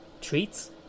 Treats